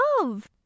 Love